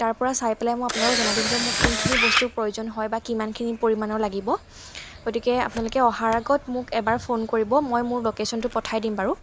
তাৰপৰা চাই পেলাই মই আপোনালোকক জনাই দিম যে মোক কোনখিনি বস্তুৰ প্ৰয়োজন হয় বা কিমানখিনি পৰিমাণৰ লাগিব গতিকে আপোনালোকে অহাৰ আগত মোক এবাৰ ফোন কৰিব মই মোৰ লকেশ্যনটো পঠাই দিম বাৰু